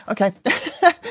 Okay